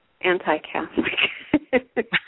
anti-Catholic